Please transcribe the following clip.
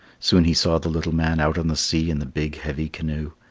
soon he saw the little man out on the sea in the big heavy canoe.